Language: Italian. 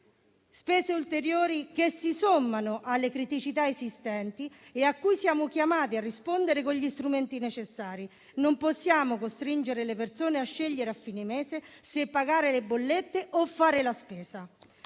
spese ulteriori che si sommano alle criticità esistenti e a cui siamo chiamati a rispondere con gli strumenti necessari. Non possiamo costringere le persone a scegliere a fine mese se pagare le bollette o fare la spesa.